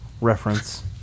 reference